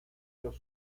los